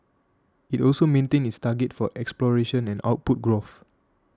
it also maintained its targets for exploration and output growth